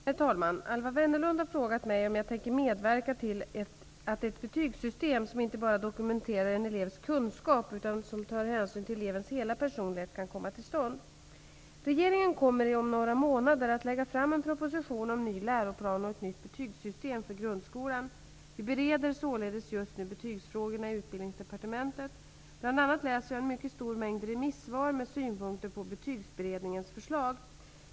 Herr talman! Alwa Wennerlund har frågat mig om jag tänker medverka till att ett betygssystem, som inte bara dokumenterar en elevs kunskap utan som tar hänsyn till elevens hela personlighet, kan komma till stånd. Regeringen kommer om några månader att lägga fram en proposition om ny läroplan och ett nytt betygssystem för grundskolan. Vi bereder således just nu betygsfrågorna i Utbildningsdepartementet. Bl.a. läser jag en mycket stor mängd remissvar med synpunkter på betygsberedningens förslag.